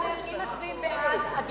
מי צריך את כל ה"וג'ע-ראס" הזה עוד הפעם?